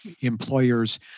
employers